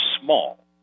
small